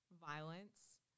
violence